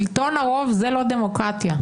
שלטון הרוב זה לא דמוקרטיה.